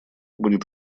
будет